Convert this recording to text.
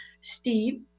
Steve